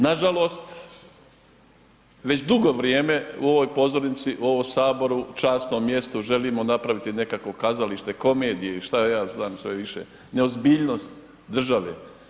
Nažalost, već dugo vrijeme u ovoj pozornici u ovom Saboru časno mjesto želimo napraviti nekakvo kazalište, komediju i šta ja znam sve više, neozbiljnost države.